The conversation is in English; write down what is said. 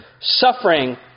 suffering